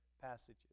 passages